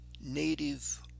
Native